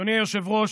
אדוני היושב-ראש,